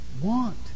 want